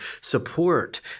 support